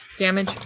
Damage